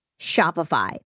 Shopify